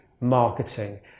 marketing